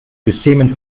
beschämend